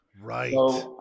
Right